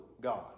God